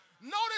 Notice